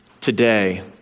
today